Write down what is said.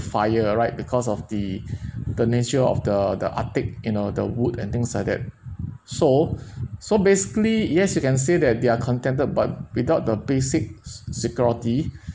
fire right because of the the nature of the the attic you know the wood and things like that so so basically yes you can say that they are contented but without the basic s~ security